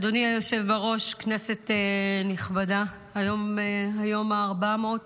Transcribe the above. אדוני היושב-ראש, כנסת נכבדה, היום היום